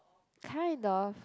kind of